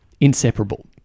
inseparable